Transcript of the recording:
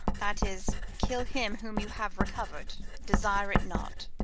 that is, kill him whom you have recover'd, desire it not.